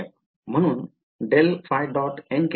म्हणून ∇ϕ